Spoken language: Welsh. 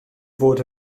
fod